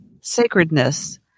sacredness